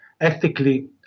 ethically